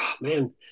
Man